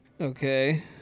Okay